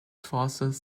forces